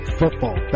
football